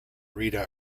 rita